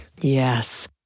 Yes